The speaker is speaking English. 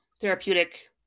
therapeutic